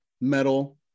metal